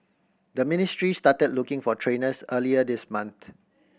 the ministry started looking for trainers earlier this month